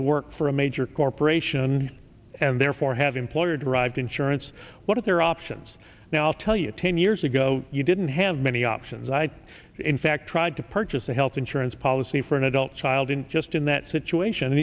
to work for a major corporation and therefore have employer derived insurance what are their options now i'll tell you ten years ago you didn't have many options i in fact tried to purchase a health insurance policy for an adult child in just in that situation